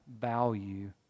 value